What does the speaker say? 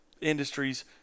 industries